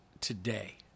today